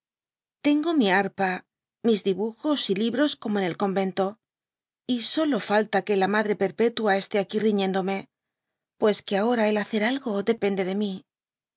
tengo mi harpa mis dibujos y libros como en el convento y solo falta que la madre perpetua esté aquí riñendome pues que ahora el hacer algo depende de ai